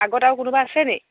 আগত আৰু কোনোবা আছে নেকি